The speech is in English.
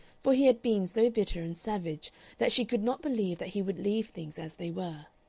for he had been so bitter and savage that she could not believe that he would leave things as they were.